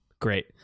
Great